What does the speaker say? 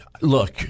Look